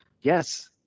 Yes